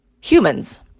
humans